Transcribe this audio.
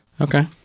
Okay